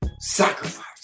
sacrifice